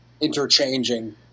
interchanging